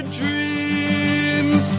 dreams